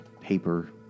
paper